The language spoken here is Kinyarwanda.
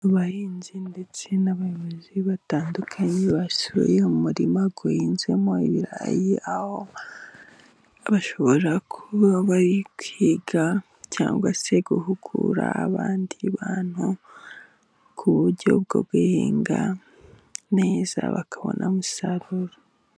Abahinzi ndetse n'abayobozi batandukanye, basuye umurima uhinzemo ibirayi, aho bashobora kuba bari kwiga cyangwa se guhugura abandi bantu, ku buryo bwo guhinga neza bakabona umusaruro.